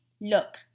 look